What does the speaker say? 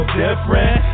different